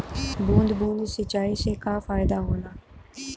बूंद बूंद सिंचाई से का फायदा होला?